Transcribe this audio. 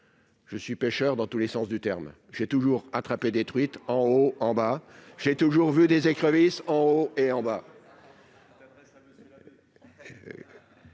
Je suis pêcheur dans tous les sens du terme. J'ai toujours attrapé des truites, en haut, en bas. J'ai toujours vu des écrevisses en haut et en bas.